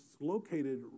located